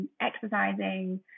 Exercising